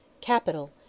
Capital